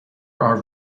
are